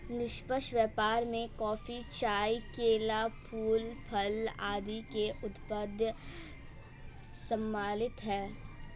निष्पक्ष व्यापार में कॉफी, चाय, केला, फूल, फल आदि के उत्पाद सम्मिलित हैं